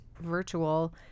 virtual